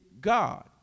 God